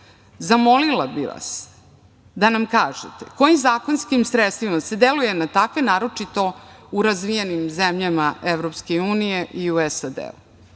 bih vas da nam kažete kojim zakonskim sredstvima se deluje na takve, naročito u razvijenim zemljama EU i u SAD-u.